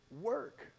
work